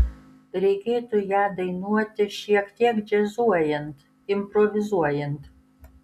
reikėtų ją dainuoti šiek tiek džiazuojant improvizuojant